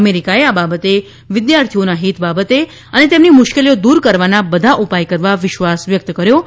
અમેરીકાએ આ બાબતે વિદ્યાર્થીઓના હિત બાબતે અને તેમની મુશ્કેલીઓ દુર કરવાના બધા ઉપાય કરવા વિશ્વાસ વ્યકત કર્યો હતો